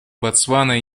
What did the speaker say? ботсвана